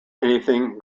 anything